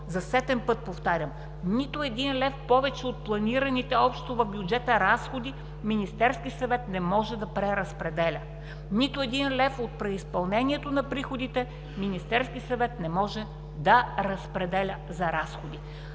за сетен път повтарям: нито един лев повече от планираните общо в бюджета разходи Министерският съвет не може да преразпределя. Нито един лев от преизпълнението на приходите Министерският съвет не може да разпределя за разходи!